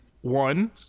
One